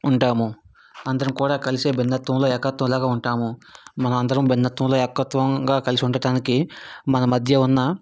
ఉంటాము అందరం కూడా కలిసే భిన్నత్వంలో ఏకత్వంలాగ ఉంటాము మనం అందరం భిన్నత్వంలో ఏకత్వంగా కలిసి ఉండటానికి మన మధ్య ఉన్న